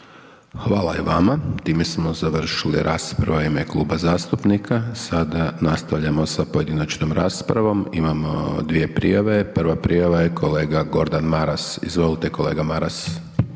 Hvala i vama. Time smo završili rasprave u ime kluba zastupnika. Sada nastavljamo sa pojedinačnom raspravom. Imamo dvije prijave. Prva prijava je kolega Gordan Maras. Izvolite kolega Maras.